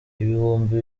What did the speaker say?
ibihumbi